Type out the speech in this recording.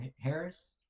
Harris